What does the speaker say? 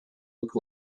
look